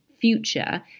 future